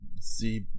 See